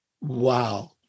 Wow